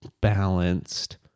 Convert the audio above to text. balanced